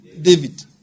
David